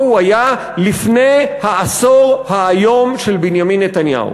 הוא היה לפני העשור האיום של בנימין נתניהו,